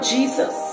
Jesus